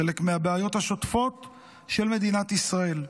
חלק מהבעיות השוטפות של מדינת ישראל.